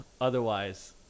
Otherwise